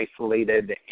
isolated